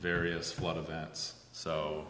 various flood events so